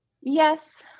Yes